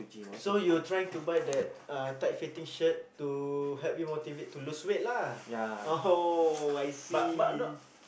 so you trying to buy that tight fitting shirt to help you motivate you to lose weight lah oh I see